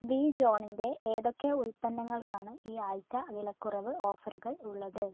V ജോണിൻ്റെ ഏതൊക്കെ ഉൽപ്പന്നങ്ങൾക്കാണ് ഈ ആഴ്ച വിലക്കുറവ് ഓഫറുകൾ ഉള്ളത്